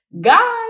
God